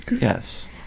Yes